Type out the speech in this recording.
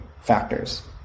factors